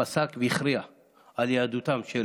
פסק והכריע על יהדותם של